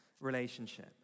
relationship